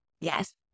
Yes